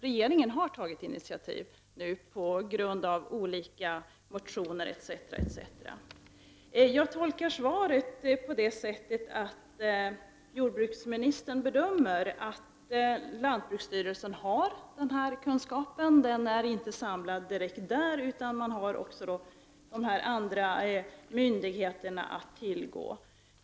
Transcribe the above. Regeringen har nu också, på grundval av bl.a. motioner, tagit initiativ. Jag tolkar svaret så, att jordbruksministern bedömer att lantbruksstyrelsen har kunskap på det här området — den är inte samlad just där, utan man har också kunskapen hos andra angivna myndigheter att tillgå.